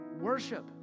worship